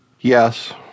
Yes